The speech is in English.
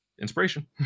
inspiration